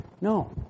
No